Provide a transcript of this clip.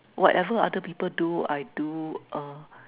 whatever other people do I do uh